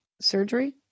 surgery